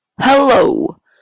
hello